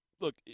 look